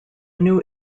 new